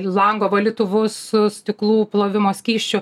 lango valytuvus su stiklų plovimo skysčiu